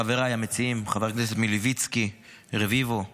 חבריי המציעים: חבר הכנסת מלביצקי, רביבו ופורר,